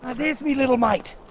ah there's me little mate!